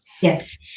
Yes